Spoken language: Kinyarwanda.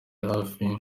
hafi